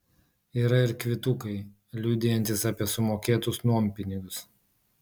yra ir kvitukai liudijantys apie sumokėtus nuompinigius